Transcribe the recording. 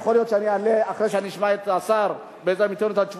יכול להיות שאני אעלה אחרי שאני אשמע את השר ואת תשובתו,